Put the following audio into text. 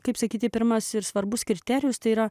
kaip sakyti pirmas ir svarbus kriterijus tai yra